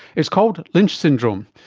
it's called lynch syndrome,